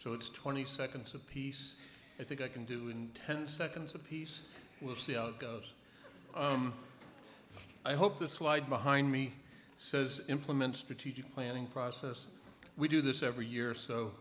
so it's twenty seconds apiece i think i can do in ten seconds apiece we'll see how it goes i hope this slide behind me says implement strategic planning process we do this every year so